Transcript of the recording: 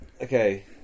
Okay